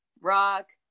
rock